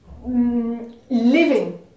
living